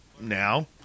now